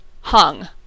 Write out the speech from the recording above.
Hung